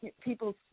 people